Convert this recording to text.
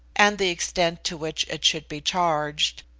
and the extent to which it should be charged,